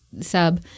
sub